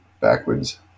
backwards